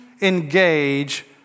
engage